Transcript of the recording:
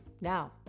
now